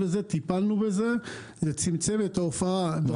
טיפלנו בזה וצמצמנו בזה וזה צמצם את התופעה דרמטית.